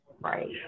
Right